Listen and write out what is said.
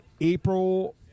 April